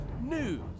news